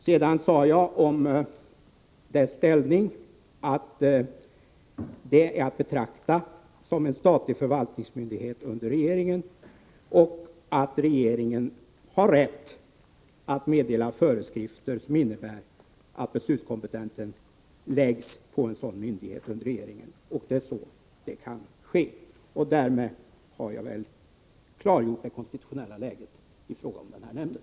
Sedan sade jag om det här organets ställning att det är att betrakta som en statlig förvaltningsmyndighet under regeringen. Regeringen har rätt att meddela föreskrifter som innebär att beslutskompetensen läggs på en sådan myndighet under regeringen, och det är så det kan ske. Därmed har jag väl klargjort det konstitutionella läget i fråga om den här nämnden.